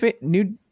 new